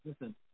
Listen